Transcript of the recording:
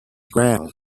ground